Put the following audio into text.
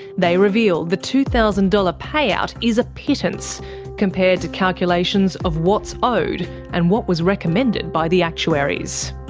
they reveal the two thousand dollars payout is a pittance compared to calculations of what's owed and what was recommended by the actuaries.